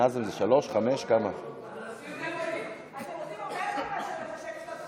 אתם רוצים הרבה יותר מאשר לחשק אותו,